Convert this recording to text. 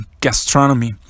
gastronomy